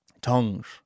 Tongues